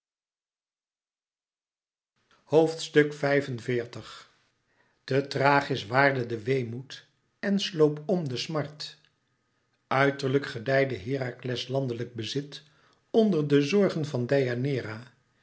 xxxxv te thrachis waarde de weemoed en sloop m de smart uiterlijk gedijde herakles landelijk bezit onder de zorgen van